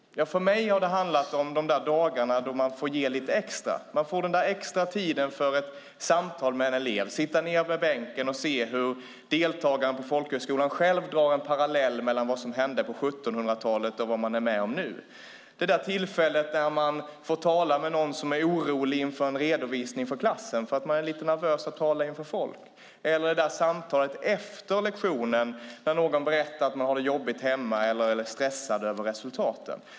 För mig har det handlat om de dagar då man får ge lite extra, när man får extra tid för ett samtal med en elev och får sitta vid bänken och se hur deltagaren på folkhögskolan själv drar en parallell mellan vad som hände på 1700-talet och vad man är med om nu. Det är tillfället när man får tala med någon som är orolig inför en redovisning för klassen eftersom det är nervöst att tala inför folk. Det är samtalet efter lektionen när någon är stressad över resultaten eller berättar om att det är jobbigt hemma.